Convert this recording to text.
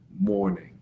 morning